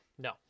No